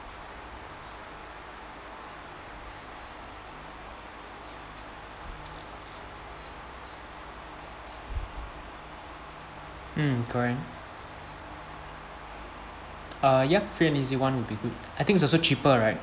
mm correct uh ya free and easy one would be good I think it's also cheaper right